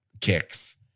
kicks